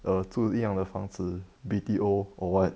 err 住一样的房子 B_T_O or what